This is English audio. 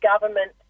government